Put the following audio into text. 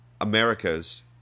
America's